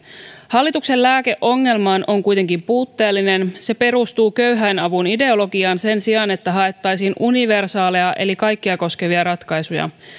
hallituksen lääke ongelmaan on kuitenkin puutteellinen se perustuu köyhäinavun ideologiaan sen sijaan että haettaisiin universaaleja eli kaikkia koskevia ratkaisuja